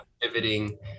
pivoting